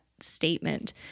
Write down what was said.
statement